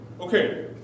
Okay